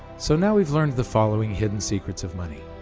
so now we've learned the following hidden secrets of money.